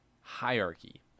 hierarchy